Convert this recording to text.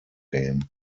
game